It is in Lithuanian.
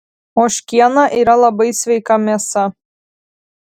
ožkiena yra labai sveika mėsa